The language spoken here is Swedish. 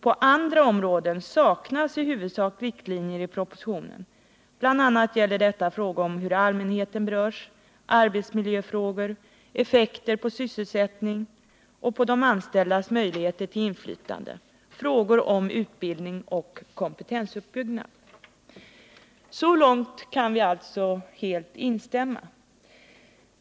På andra områden saknas i huvudsak riktlinjer i propositionen, bl.a. gäller detta frågor om hur allmänheten berörs, arbetsmiljöfrågor, effekter på sysselsättning och på de anställdas möjligheter till inflytande, frågor om utbildning och kompetensuppbyggnad.” Så långt kan vi alltså helt instämma.